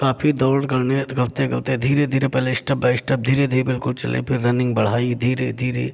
काफी दौड़ करने करते करते धीरे धीरे पहले स्टेप बाई स्टेप धीरे धीरे बिल्कुल चले फिर रनिंग बढ़ाई धीरे धीरे